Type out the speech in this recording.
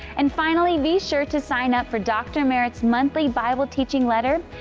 and finally, be sure to sign up for dr. merritt's monthly bible teaching letter.